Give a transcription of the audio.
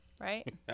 right